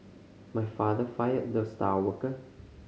my father fired the star worker